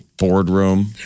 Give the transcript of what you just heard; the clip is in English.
Boardroom